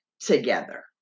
together